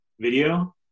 video